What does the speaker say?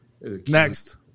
Next